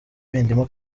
bindimo